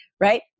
right